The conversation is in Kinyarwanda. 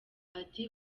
ati